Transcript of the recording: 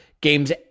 games